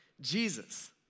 Jesus